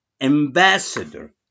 ambassador